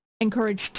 encouraged